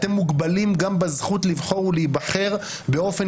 אתם מוגבלים גם בזכות לבחור ולהיבחר באופן